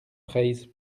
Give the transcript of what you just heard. fraysse